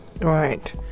right